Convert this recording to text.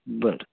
बरं